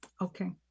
Okay